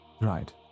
Right